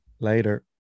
Later